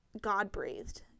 God-breathed